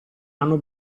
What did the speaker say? hanno